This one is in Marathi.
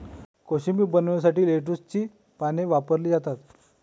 कोशिंबीर बनवण्यासाठी लेट्युसची पाने वापरली जातात